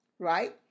right